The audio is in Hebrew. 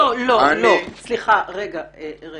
לא, סליחה, אני